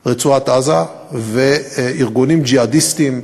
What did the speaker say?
ברצועת-עזה וארגונים ג'יהאדיסטיים,